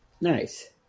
nice